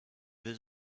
been